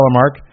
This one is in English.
mark